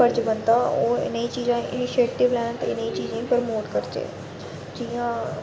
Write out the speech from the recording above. फर्ज बनदा ओह् इनें गी चीज़ां इनेंशेटिव लैन ते नेही चीजें गी प्रमोट करचै जियां